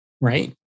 Right